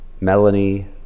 Melanie